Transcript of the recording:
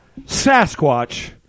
Sasquatch